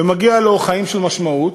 ומגיעים לו חיים של משמעות.